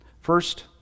First